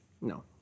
No